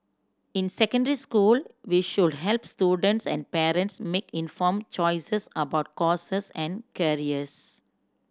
in secondary school we should help students and parents make informed choices about courses and careers